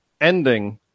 ending